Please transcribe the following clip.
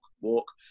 walk